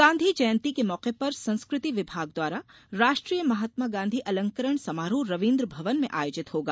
गांधी जयंती के मौके पर संस्कृति विभाग द्वारा राष्ट्रीय महात्मा गांधी अलंकरण समारोह रविन्द्र भवन में आयोजित होगा